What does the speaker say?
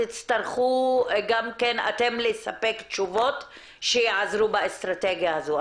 תצטרכו גם כן אתם לספק תשובות שיעזרו באסטרטגיה הזו.